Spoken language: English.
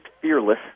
Fearless